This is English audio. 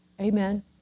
Amen